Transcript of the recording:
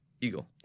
Eagle